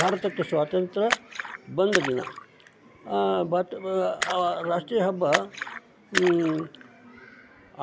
ಭಾರತಕ್ಕೆ ಸ್ವಾತಂತ್ರ್ಯ ಬಂದ ದಿನ ಭಾರತ ರಾಷ್ಟ್ರೀಯ ಹಬ್ಬ